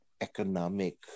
economic